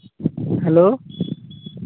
hello